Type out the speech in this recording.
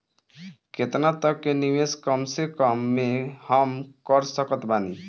केतना तक के निवेश कम से कम मे हम कर सकत बानी?